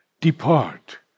Depart